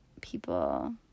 people